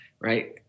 right